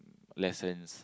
lessons